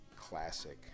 classic